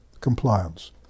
compliance